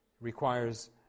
requires